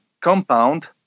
compound